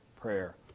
prayer